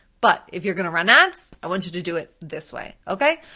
but if you're gonna run ads, i want you to do it this way, okay?